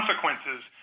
consequences